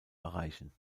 erreichen